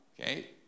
okay